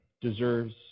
deserves